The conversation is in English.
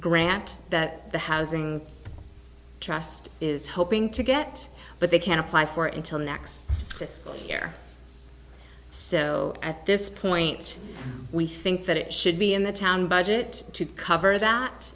grant that the housing trust is hoping to get but they can't apply for it until next fiscal year so at this point we think that it should be in the town budget to cover that